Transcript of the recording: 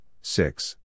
six